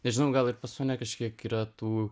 nežinau gal ir pas mane kažkiek yra tų